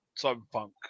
cyberpunk